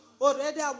already